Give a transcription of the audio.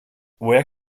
where